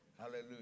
Hallelujah